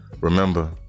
Remember